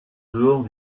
dehors